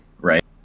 Right